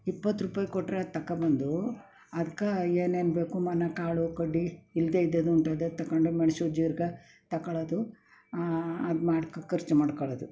ಇಪ್ಪತ್ರೂಪಾಯಿ ಕೊಟ್ಟರೆ ತಗೊಂಡ್ಬಂದು ಅದ್ಕೆ ಏನೇನು ಬೇಕು ಮನೆ ಕಾಳು ಕಡ್ಡಿ ಇಲ್ಲದೇ ಇದ್ದದ್ದು ಉಂಟು ಅದು ತಗೊಂಡು ಮೆಣಸು ಜೀರ್ಗೆ ತಗೊಳ್ಳೋದು ಅದು ಮಾಡ್ಕೊ ಖರ್ಚು ಮಾಡ್ಕೊಳ್ಳೋದು